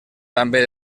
també